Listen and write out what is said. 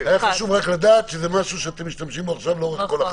היה חשוב לדעת שזה משהו שאתם משתמשים בו עכשיו לאורך הכול,